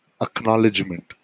acknowledgement